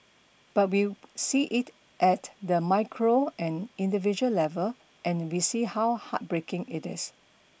but we'll see it at the micro and individual level and we see how heartbreaking it is